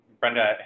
Brenda